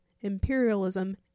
imperialism